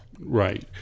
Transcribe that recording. Right